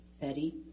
Betty